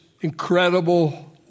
incredible